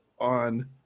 on